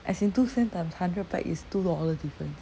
as in two cent times hundred pack is two dollar difference